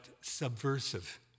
subversive